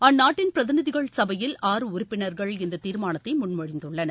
அந்நாட்டின் பிரதிநிதிகள் சபையில் ஆறு உறுப்பினர்கள் இந்த தீர்மானத்தை முன்மொழிந்துள்ளனர்